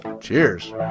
Cheers